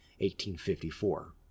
1854